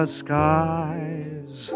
skies